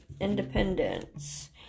independence